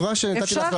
את רואה שנתתי לך,